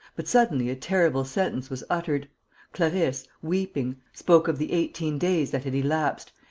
but suddenly a terrible sentence was uttered clarisse, weeping, spoke of the eighteen days that had elapsed,